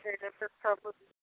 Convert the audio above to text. ସେଇଟା ତ ସବୁ